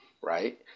Right